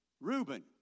Reuben